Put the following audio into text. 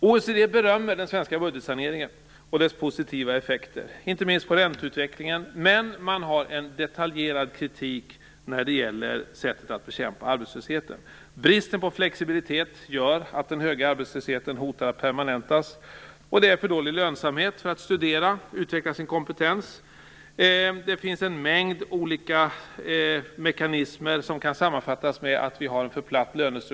OECD berömmer den svenska budgetsaneringen och dess positiva effekter inte minst på ränteutvecklingen. Men det finns en detaljerad kritik av sättet att bekämpa arbetslösheten. Bristen på flexibilitet gör att den höga arbetslösheten hotar att permanentas. Det är för dålig lönsamhet i att studera och utveckla sin kompetens. Det finns en mängd olika mekanismer som kan sammanfattas med att lönestrukturen i Sverige är för platt.